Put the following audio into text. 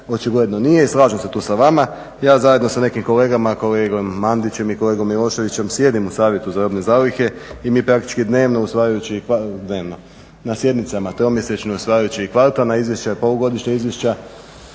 očigledno nije i slažem se tu sa vama. Ja zajedno sa nekim kolegama, kolegom Mandićem i kolegom Miloševićem sjedim u Savjetu za robne zalihe i mi praktički dnevno usvajajući, dnevno na sjednicama tromjesečno usvajajući i kvartalna izvješća i polugodišnja izvješća